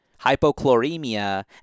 hypochloremia